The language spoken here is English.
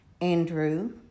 Andrew